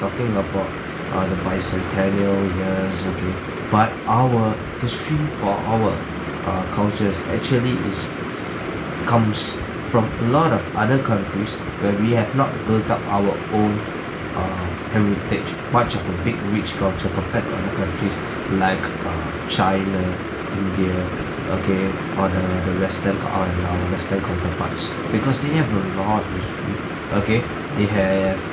talking about err the bicentennial years okay but our history for our err cultures actually is comes from a lot of other countries that we have not built up our own err heritage much of a big rich culture compared to other countries like err china india okay or the counterparts because they have a lot of history okay they have